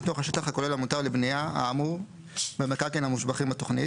מתוך השטח הכולל המותר לבנייה האמור במקרקעין המושבחים בתוכנית,